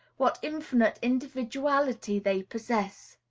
what infinite individuality they possess.